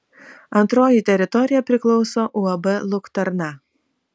antroji teritorija priklauso uab luktarna